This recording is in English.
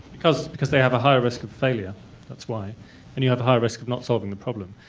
because because they have a higher risk of failure that's why and you have a higher risk of not solving the problem.